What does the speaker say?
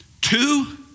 Two